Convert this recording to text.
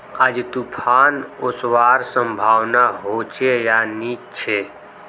आज तूफ़ान ओसवार संभावना होचे या नी छे?